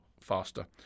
faster